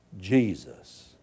Jesus